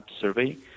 survey